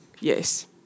yes